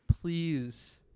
please